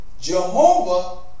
Jehovah